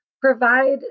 provide